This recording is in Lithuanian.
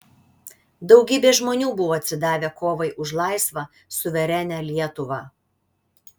daugybė žmonių buvo atsidavę kovai už laisvą suverenią lietuvą